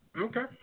Okay